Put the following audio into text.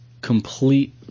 complete